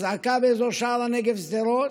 אזעקה באזור שער הנגב-שדרות.